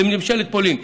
ממשלת פולין,